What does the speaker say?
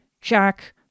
Jack